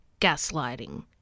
gaslighting